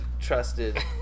trusted